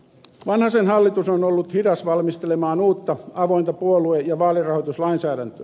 vanhasen hallitus on ollut hidas valmistelemaan uutta avointa puolue ja vaalirahoituslainsäädäntöä